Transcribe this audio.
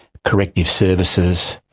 corrective services,